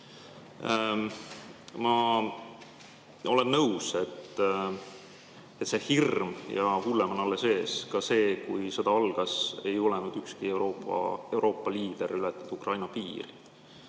Ma olen nõus, et suurem hirm ja hullem on alles ees. Kui see sõda algas, ei julenud ükski Euroopa liider ületada Ukraina piiri.